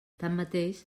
tanmateix